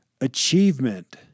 Achievement